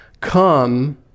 come